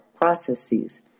processes